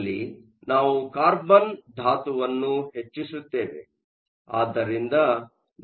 ಅಲ್ಲಿ ನಾವು ಕಾರ್ಬನ್ ಅಂಶವನ್ನು ಹೆಚ್ಚಿಸುತ್ತೇವೆ